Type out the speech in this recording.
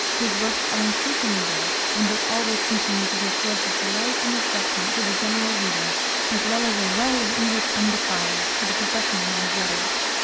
whose works are increasingly read and will always continue to be a source of delight and refreshment to the general reader as well as a well of english undefiled to the professional man of letters.